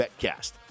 betcast